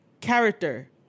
character